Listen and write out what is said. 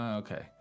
okay